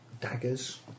daggers